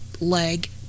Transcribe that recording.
leg